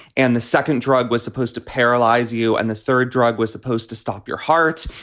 and the second drug was supposed to paralyze you. and the third drug was supposed to stop your heart.